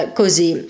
così